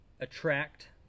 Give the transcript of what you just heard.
attract